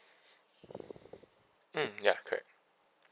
mm ya correct